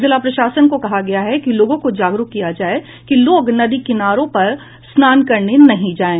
जिला प्रशासन को कहा गया है कि लोगों को जागरूक किया जाए कि लोग नदीं घाटों पर स्नान के लिए नहीं जायें